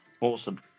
Awesome